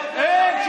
אין.